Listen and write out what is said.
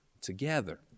together